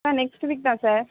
ஆ next week தான் sir